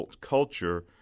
culture